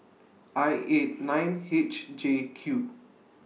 I eight nine H J Q